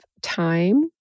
time